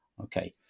okay